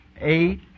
eight